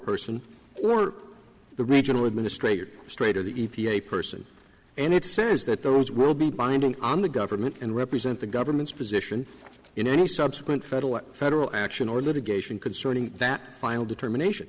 person or the regional administrator straight or the e p a person and it says that those will be binding on the government and represent the government's position in any subsequent federal or federal action or litigation concerning that final determination